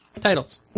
Titles